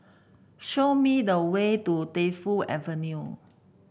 show me the way to Defu Avenue